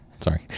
Sorry